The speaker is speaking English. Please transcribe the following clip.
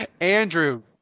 Andrew